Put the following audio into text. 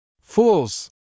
Fools